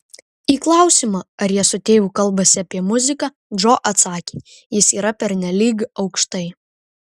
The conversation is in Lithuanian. į klausimą ar jie su tėvu kalbasi apie muziką džo atsakė jis yra pernelyg aukštai